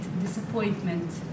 disappointment